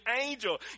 angel